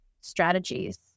strategies